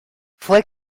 fue